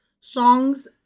songs